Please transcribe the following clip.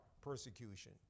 Persecution